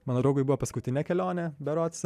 mano draugui buvo paskutinė kelionė berods